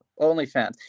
OnlyFans